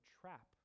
trap